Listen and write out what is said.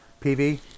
PV